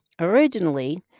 originally